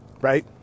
Right